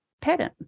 pattern